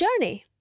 journey